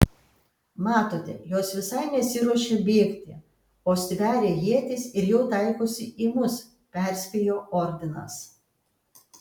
matote jos visai nesiruošia bėgti o stveria ietis ir jau taikosi į mus perspėjo ordinas